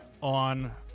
on